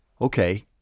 Okay